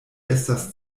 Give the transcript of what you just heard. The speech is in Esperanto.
estas